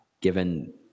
given